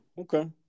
okay